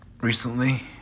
recently